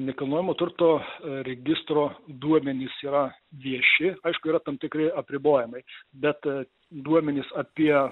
nekilnojamo turto registro duomenys yra vieši aišku yra tam tikri apribojimai bet duomenis apie